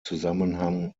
zusammenhang